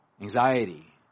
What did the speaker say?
anxiety